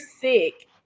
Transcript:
sick